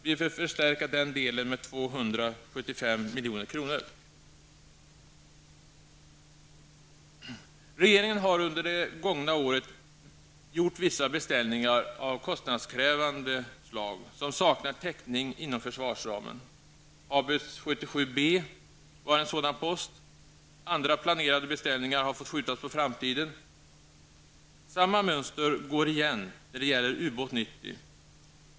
Vi vill förstärka den delen med 275 milj.kr. Regeringen har under det gångna året gjort vissa beställningar av kostnadskrävande slag som saknar täckning inom försvarsramen. Haubits 77 B var en sådan post. Andra planerade beställningar har fått skjutas på framtiden. Samma mönster går igen när det gäller U-båt 90.